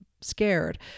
scared